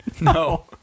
No